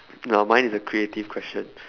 no mine is a creative question